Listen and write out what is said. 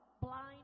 blind